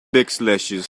backslashes